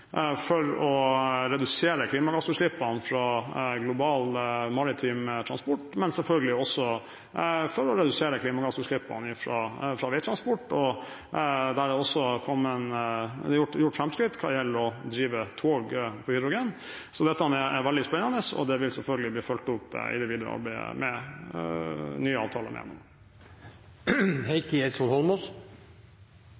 selvfølgelig også for å redusere klimagassutslippene fra veitransport. Det er også gjort framskritt hva gjelder å drive tog på hydrogen. Dette er veldig spennende, og det vil selvfølgelig bli fulgt opp i det videre arbeidet med nye avtaler med